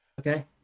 Okay